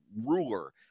ruler